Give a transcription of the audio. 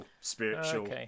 spiritual